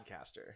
podcaster